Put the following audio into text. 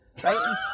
right